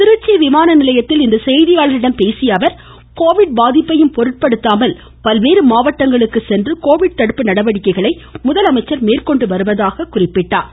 திருச்சி விமானநிலையத்தில் இன்று செய்தியாளர்களிடம் பேசிய அவர் கோவிட் பாதிப்பையும் பொருட்படுத்தாமல் பல்வேறு மாவட்டங்களுக்கு சென்று கோவிட் தடுப்பு நடவடிக்கைகளை முதலமைச்சர் மேற்கொண்டு வருவதாக குறிப்பிட்டார்